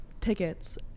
tickets